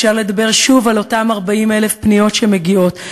אפשר לדבר שוב על אותן 40,000 פניות שמגיעות,